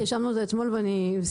כי ישבנו על זה אתמול וסיכמנו.